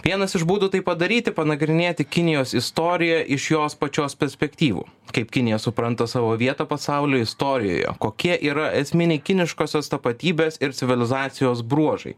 vienas iš būdų tai padaryti panagrinėti kinijos istoriją iš jos pačios perspektyvų kaip kinija supranta savo vietą pasaulio istorijoje kokie yra esminiai kiniškosios tapatybės ir civilizacijos bruožai